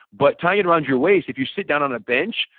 but tying it around your waist if you sit down on a bench,